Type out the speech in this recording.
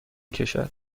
کشد